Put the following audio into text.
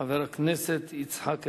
חבר הכנסת יצחק הרצוג.